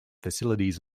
facilities